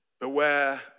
beware